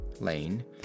Lane